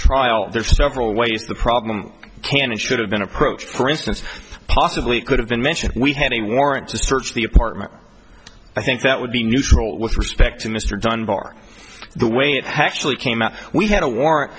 are several ways the problem can and should have been approached for instance possibly could have been mentioned we had a warrant to search the apartment i think that would be neutral with respect to mr dunbar the way it has actually came out we had a war